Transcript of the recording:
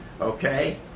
Okay